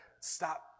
stop